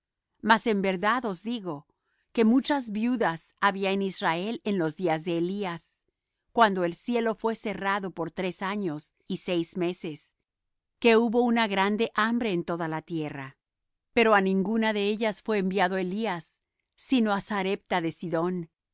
mas en verdad os digo que muchas viudas había en israel en los días de elías cuando el cielo fué cerrado por tres años y seis meses que hubo una grande hambre en toda la tierra pero á ninguna de ellas fué enviado elías sino á sarepta de sidón